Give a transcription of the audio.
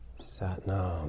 Satnam